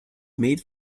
made